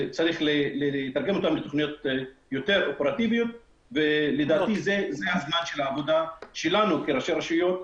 לתרגם אותן לתכניות אופרטיביות כי זה הזמן של העבודה שלנו כראשי רשויות,